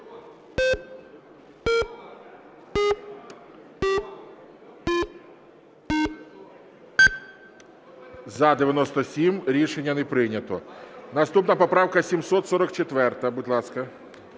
За-97 Рішення не прийнято. Наступна поправка 744. Будь ласка.